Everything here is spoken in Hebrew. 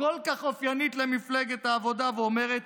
הכל-כך אופיינית למפלגת העבודה ואומרת: